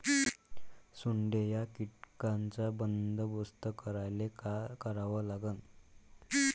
सोंडे या कीटकांचा बंदोबस्त करायले का करावं लागीन?